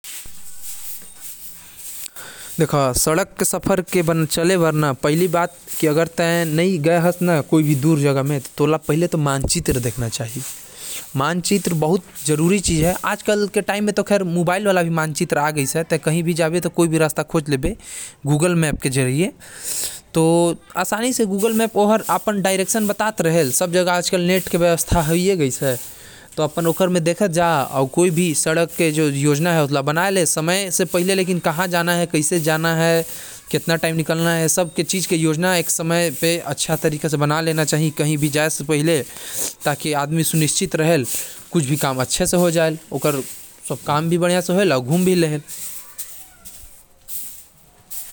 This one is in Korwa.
पहिले तो तै गूगल मैप म रास्ता खोज ले अउ देख ले, ओकर बाद तै योजना बना ले कि तोके कहा जाना हवे अउ कहा कहा घूमना हवे, कुछ पैसा रख ओकर बाद तोर काम हो जाहि।